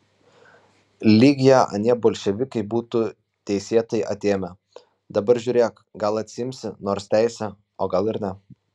lyg ją anie bolševikai būtų teisėtai atėmę dabar žiūrėk gal atsiimsi nors teisę o gal ir ne